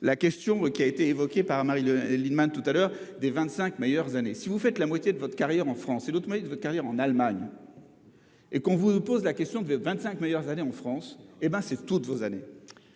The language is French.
la question qui a été évoqué par Marine Le Lienemann tout à l'heure des 25 meilleures années. Si vous faites la moitié de votre carrière en France et d'autres moyens de votre carrière en Allemagne. Et qu'on vous pose la question, que le 25 meilleures années en France. Eh bah c'est toutes vos années.